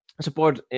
support